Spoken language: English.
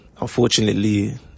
Unfortunately